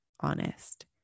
honest